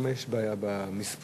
למה יש בעיה במספור?